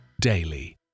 daily